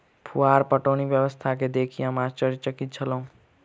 फुहार पटौनी व्यवस्था के देखि हम आश्चर्यचकित छलौं